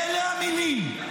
אלה המילים.